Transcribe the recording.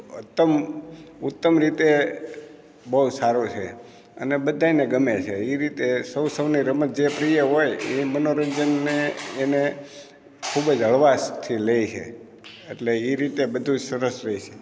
અતમ ઉત્તમ રીતે બહુ સારું છે અને બધાયને ગમે છે એ રીતે સહુ સહુની રમત જે પ્રિય હોય એ મનોરંજનને એને ખૂબ જ હળવાશથી લે છે એટલે એ રીતે બધું ય સરસ રહેશે